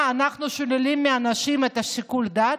מה, אנחנו שוללים מאנשים את שיקול הדעת?